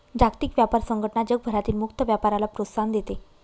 जागतिक व्यापार संघटना जगभरातील मुक्त व्यापाराला प्रोत्साहन देते